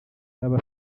baba